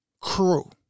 crew